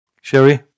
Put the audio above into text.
Sherry